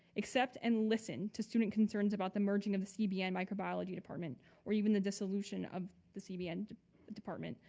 accept and listen to student concerns about the merging of the cbn microbiology department or even the dissolution of the cbn department.